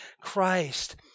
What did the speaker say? Christ